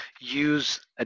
use